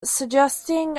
suggesting